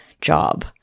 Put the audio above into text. job